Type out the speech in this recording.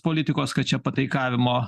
politikos kad čia pataikavimo